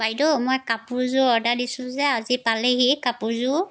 বাইদেউ মই কাপোৰযোৰ অৰ্ডাৰ দিছিলোঁ যে আজি পালেহি কাপোৰযোৰ